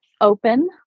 Open